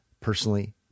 personally